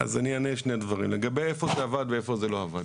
אז אני אענה שני דברים: לגבי איפה זה עבד ואיפה זה לא עבד.